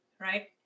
right